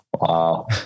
Wow